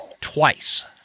twice